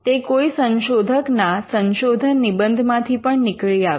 તે કોઈ સંશોધકના સંશોધન નિબંધમાંથી પણ નીકળી આવે